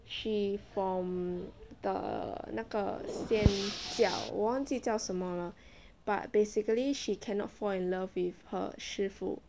she from the 那个仙教忘记叫什么了 but basically she cannot fall in love with her 师父